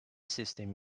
sistem